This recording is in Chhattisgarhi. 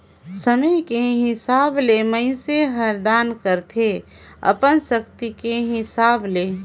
समे के हिसाब ले मइनसे हर दान करथे अपन सक्ति के हिसाब ले